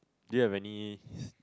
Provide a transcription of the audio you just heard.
do you have any